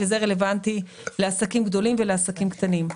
זה רלוונטי לעסקים גדולים ולעסקים קטנים.